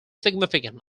significant